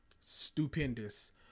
stupendous